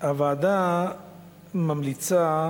הוועדה ממליצה